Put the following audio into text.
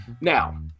Now